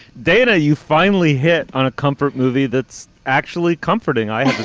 dana, you finally hit on a comfort movie that's actually comforting, i